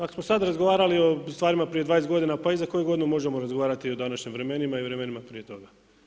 Ako smo sada razgovarali o stvarima prije 20 godina, pa i za koju godinu možemo razgovarati o današnjim vremenima i vremenima prije toga.